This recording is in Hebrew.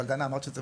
אבל דנה, אמרת שזה